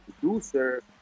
producer